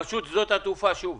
רשות שדות התעופה, בבקשה.